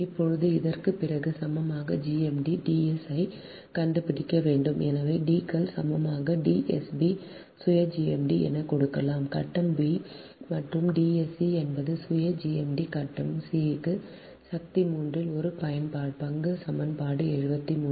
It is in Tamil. இப்போது இதற்குப் பிறகு சமமான GMD D s ஐக் கண்டுபிடிக்க வேண்டும் எனவே D கள் சமமாக D sb சுய GMD என கொடுக்கலாம் கட்டம் b மற்றும் D sc என்பது சுய GMD கட்டம் c க்கு சக்தி மூன்றில் ஒரு பங்கு சமன்பாடு 73